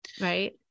right